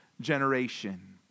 generation